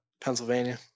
Pennsylvania